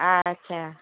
আচ্ছা